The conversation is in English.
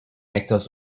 actors